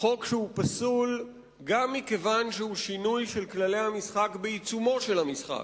חוק שהוא פסול גם מכיוון שהוא שינוי של כללי המשחק בעיצומו של המשחק.